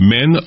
Men